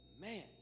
Man